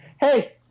Hey